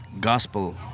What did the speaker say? gospel